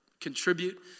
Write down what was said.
contribute